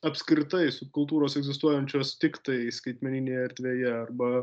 apskritai subkultūros egzistuojančios tiktai skaitmeninėje erdvėje arba